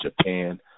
Japan